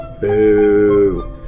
Boo